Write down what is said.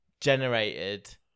generated